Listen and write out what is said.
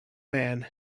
man